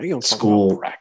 school